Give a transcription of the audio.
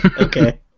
Okay